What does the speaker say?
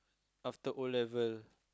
after O level